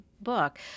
book